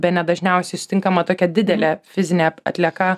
bene dažniausiai sutinkama tokia didelė fizinė atlieka